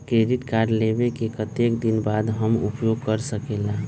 Credit card लेबे के कतेक दिन बाद हम उपयोग कर सकेला?